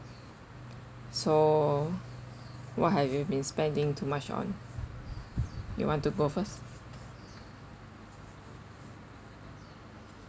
so what have you been spending too much on you want to go first